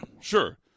Sure